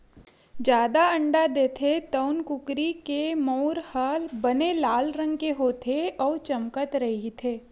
जादा अंडा देथे तउन कुकरी के मउर ह बने लाल रंग के होथे अउ चमकत रहिथे